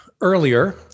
earlier